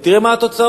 ותראה מה התוצאות.